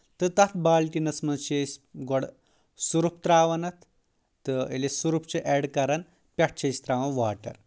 تہٕ تتھ بالٹیٖنس منٛز چھِ أسۍ گۄڈٕ سرُف تراوان اَتھ تہٕ ییٚلہِ أسۍ سرُف چھِ ایڈ کران پؠٹھ چھِ أسۍ ترٛاوان واٹر